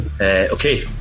Okay